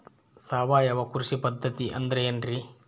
ಸಾವಯವ ಕೃಷಿ ಪದ್ಧತಿ ಅಂದ್ರೆ ಏನ್ರಿ?